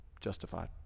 justified